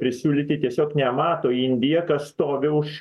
prisiūlyti tiesiog nemato indija kas stovi už